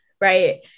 right